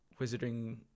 Wizarding